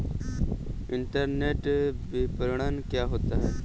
Internet विपणन क्या होता है?